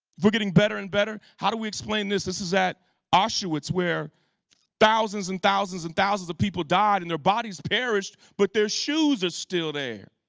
we're getting better and better how do we explain this? this is at auschwitz where thousands and thousands and thousands of people died and their bodies perished but their shoes are still there.